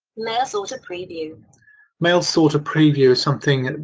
mailsorter preview mailsorter preview is something,